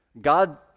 God